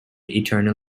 eternal